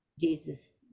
Jesus